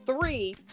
three